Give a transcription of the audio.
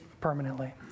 permanently